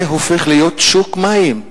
זה הופך להיות שוק מים,